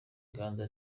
ganza